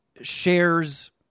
shares